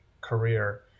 career